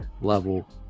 level